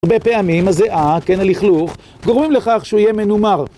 הרבה פעמים הזיעה, כן, הלכלוך, גורמים לכך שהוא יהיה מנומר.